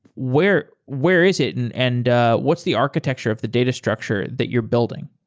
where where is it and and ah what's the architecture of the data structure that you're building?